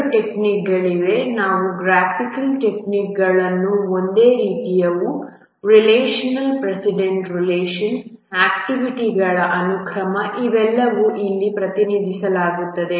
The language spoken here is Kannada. ಎರಡೂ ಟೆಕ್ನಿಕ್ಗಳಿವೆ ಅವು ಗ್ರಾಫಿಕಲ್ ಟೆಕ್ನಿಕ್ ಅವುಗಳು ಒಂದೇ ರೀತಿಯವು ರಿಲೇಶನ್ ಪ್ರೆಸಿಡೆನ್ಸ್ ಆಕ್ಟಿವಿಟಿಗಳ ಅನುಕ್ರಮ ಇವೆಲ್ಲವನ್ನೂ ಇಲ್ಲಿ ಪ್ರತಿನಿಧಿಸಲಾಗುತ್ತದೆ